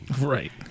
Right